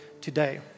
today